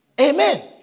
Amen